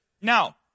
Now